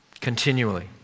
Continually